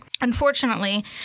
Unfortunately